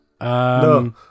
No